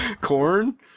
corn